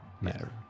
matter